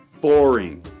Boring